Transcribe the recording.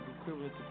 equivalent